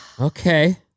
Okay